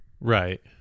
Right